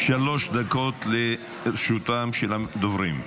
שלוש דקות לרשותם של הדוברים.